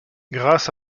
grâce